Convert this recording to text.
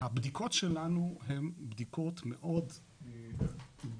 הבדיקות שלנו הן בדיקות מאוד ריקניות,